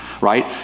right